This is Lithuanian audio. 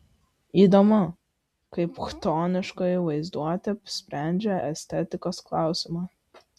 įdomu kaip chtoniškoji vaizduotė sprendžia estetikos klausimą